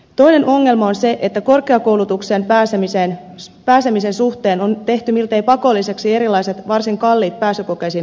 toinen ongelma on se että korkeakoulutukseen pääsemisen suhteen on tehty miltei pakolliseksi erilaiset varsin kalliit pääsykokeisiin valmistavat kurssit